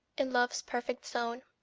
in love's perfect zone!